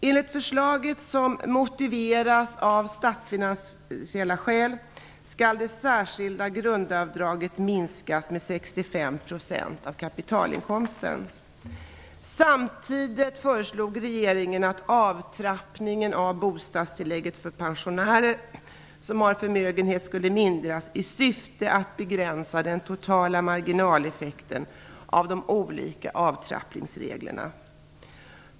Enligt förslaget som motiveras med statsfinansiella skäl skall det särskilda grundavdraget minskas med 65 % av kapitalinkomsten. Samtidigt föreslog regeringen att avtrappningen av bostadstillägget för pensionärer som har en förmögenhet skall mildras i syfte att begränsa den totala marginaleffekten av de olika avtrappningsreglerna.